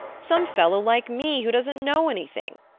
some fellow like me, who doesn't know anything.